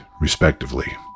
respectively